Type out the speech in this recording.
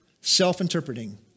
self-interpreting